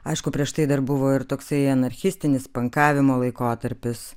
aišku prieš tai dar buvo ir toksai anarchistinis pankavimo laikotarpis